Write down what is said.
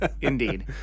Indeed